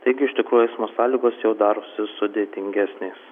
taigi iš tikrųjų eismo sąlygos jau darosi sudėtingesnės